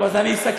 טוב, אז אני אסכם.